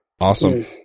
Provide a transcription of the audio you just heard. Awesome